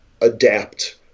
adapt